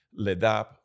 Ledap